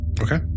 Okay